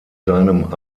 seinem